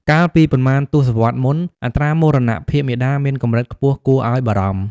កាលពីប៉ុន្មានទសវត្សរ៍មុន អត្រាមរណភាពមាតាមានកម្រិតខ្ពស់គួរឱ្យបារម្ភ។